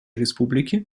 республики